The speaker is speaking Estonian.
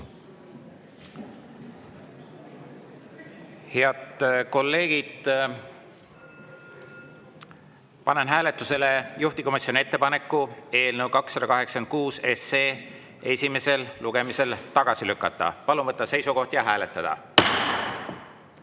Head kolleegid! Panen hääletusele juhtivkomisjoni ettepaneku eelnõu 286 esimesel lugemisel tagasi lükata. Palun võtta seisukoht ja hääletada!